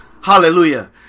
Hallelujah